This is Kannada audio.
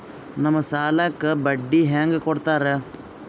ನಮ್ ಸಾಲಕ್ ಬಡ್ಡಿ ಹ್ಯಾಂಗ ಕೊಡ್ತಾರ?